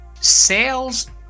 sales